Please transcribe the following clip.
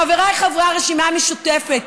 חבריי חברי הרשימה המשותפת,